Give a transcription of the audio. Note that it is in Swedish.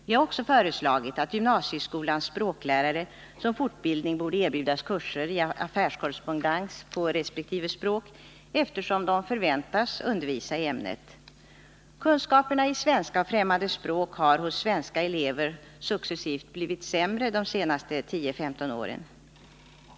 Vi har också föreslagit att gymnasieskolans språklärare såsom fortbildning borde erbjudas kurser i affärskorrespondens på resp. språk, eftersom de förväntas undervisa i ämnet. Kunskaperna i svenska och främmande språk har hos de svenska eleverna successivt blivit sämre under de senaste 10-15 åren.